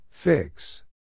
Fix